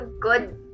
good